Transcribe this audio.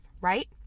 right